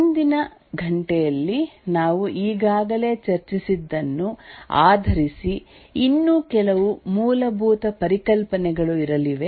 ಮುಂದಿನ ಗಂಟೆಯಲ್ಲಿ ನಾವು ಈಗಾಗಲೇ ಚರ್ಚಿಸಿದ್ದನ್ನು ಆಧರಿಸಿ ಇನ್ನೂ ಕೆಲವು ಮೂಲಭೂತ ಪರಿಕಲ್ಪನೆಗಳು ಇರಲಿವೆ